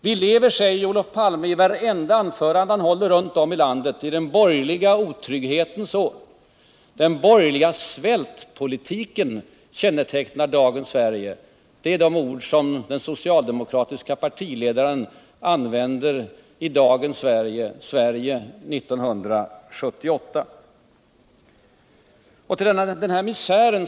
Vilever, säger Olof Palme i vartenda anförande han håller runt om i landet, i den borgerliga otrygghetens år. Vidare säger Olof Palme att den borgerliga svältpolitiken kännetecknar dagens Sverige. Det är de ord som den socialdemokratiska partiledaren använder i dagens Sverige år 1978. Till misären.